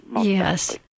Yes